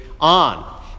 on